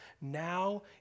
Now